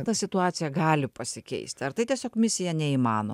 ta situacija gali pasikeist ar tai tiesiog misija neįmano